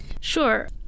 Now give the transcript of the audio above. Sure